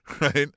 right